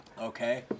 Okay